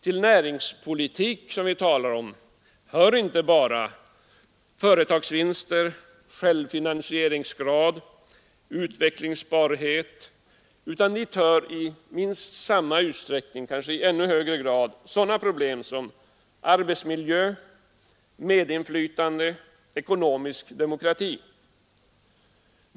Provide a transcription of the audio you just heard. Till näringspolitiken som vi talar om hör inte bara vinster, självfinansieringsgrad och utvecklingsbarhet, utan dit hör i minst samma utsträckning — kanske i ännu större — sådana problem som arbetsmiljö, medinflytande och ekonomisk demokrati.